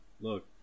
Look